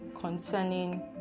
concerning